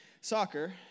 soccer